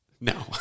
no